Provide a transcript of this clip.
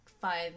fun